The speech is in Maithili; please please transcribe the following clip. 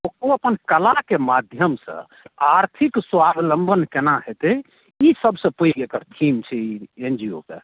ओ अपन कलाके माध्यमसँ आर्थिक स्वाबलंबन केना हेतै ई सबसे पैघ एकर थीम छै ई एन जी ओ के